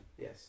Yes